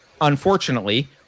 unfortunately